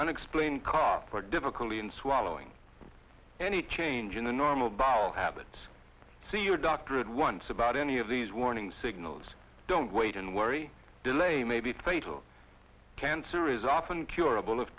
unexplained cough or difficulty in swallowing any change in the normal bile habits see your doctor at once about any of these warning signals don't wait and worry delay may be fatal cancer is often curable of